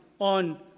on